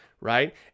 Right